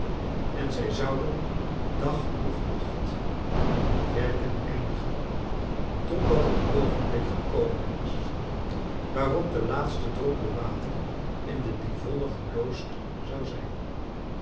en zij zouden dag noch nacht met werken eindigen totdat het oogenblik gekomen was waarop de laatste droppel water in de divonne geloosd zou zijn